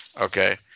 Okay